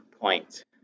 point